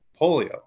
polio